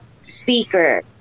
speaker